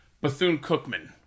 Bethune-Cookman